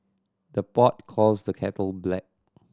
the pot calls the kettle black